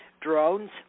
drones